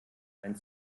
ein